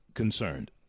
concerned